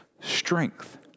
strength